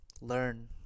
learn